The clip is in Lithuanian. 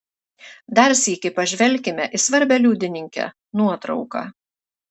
dar sykį pažvelkime į svarbią liudininkę nuotrauką